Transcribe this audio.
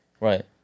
Right